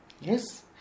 Yes